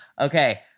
Okay